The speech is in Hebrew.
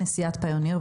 נשיאת פיוניר,